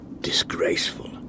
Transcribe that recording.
Disgraceful